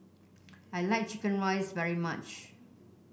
I like chicken rice very much